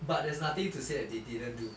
but there's nothing to say that they didn't do